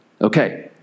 Okay